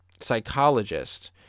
psychologist